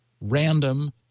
random